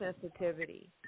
sensitivity